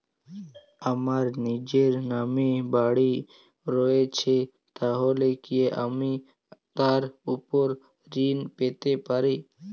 আমার নিজের নামে বাড়ী রয়েছে তাহলে কি আমি তার ওপর ঋণ পেতে পারি?